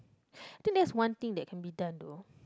I think that's one thing that can be done though